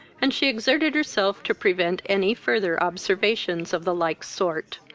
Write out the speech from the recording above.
and she exerted herself to prevent any further observations of the like sort.